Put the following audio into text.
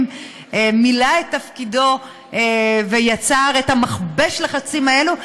מילא את תפקידו ויצר את מכבש הלחצים הזה.